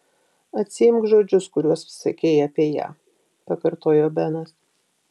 atsiimk žodžius kuriuos sakei apie ją pakartojo benas